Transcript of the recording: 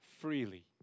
freely